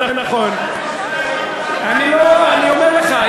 אני אומר לך,